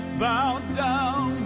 bowed down